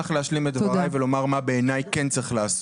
אני אשמח להשלים את דבריי ולומר מה בעיניי כן צריך לעשות.